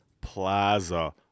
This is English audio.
Plaza